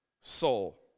soul